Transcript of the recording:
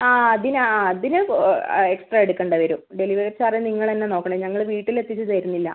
ആ അതിന് ആ അതിന് എക്സ്ട്രാ എടുക്കേണ്ടി വരും ഡെലിവറി ചാർജ് നിങ്ങൾ തന്നെ നോക്കണം ഞങ്ങൾ വീട്ടിൽ എത്തിച്ച് തരുന്നില്ല